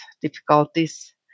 difficulties